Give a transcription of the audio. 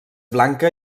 blanca